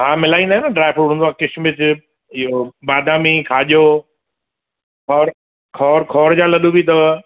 हां मिलाईंदा आहियूं न ड्राई फ्रूट हूंदो आहे किशमिश इहो बादामी खाॼो और खौर खौर ॼा लॾू बि अथव